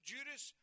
Judas